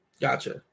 Gotcha